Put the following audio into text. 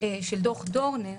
של דוח דורנר,